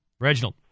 Reginald